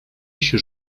еще